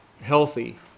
healthy